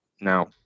Now